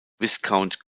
viscount